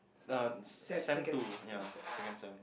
uh sem two ya second sem